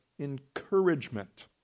encouragement